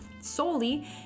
solely